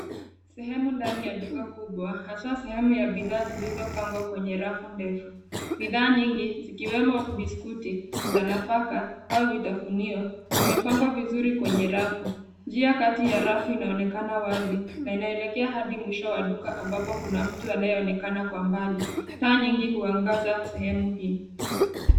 Sehemu ndani ya duka kubwa haswa sehemu ya bidhaa zilizopangwa kwenye rafu ndefu, bidhaa nyingi zikiwemo biskuti za nafaka au vitafunio zimepangwa vizuri kwenye rafu ,njia kati ya rafu inaonekana wazi na inaelekea hadi mwisho wa duka ambapo kuna mtu anayeonekana kwa mbali, taa nyingi huangaza sehemu hii.